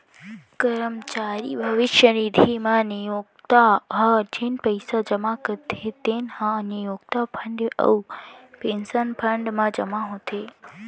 करमचारी भविस्य निधि म नियोक्ता ह जेन पइसा जमा करथे तेन ह नियोक्ता फंड अउ पेंसन फंड म जमा होथे